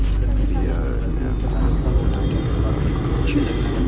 बीया मे अंकुरण मुख्यतः तीन प्रकारक होइ छै